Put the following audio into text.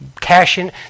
cashing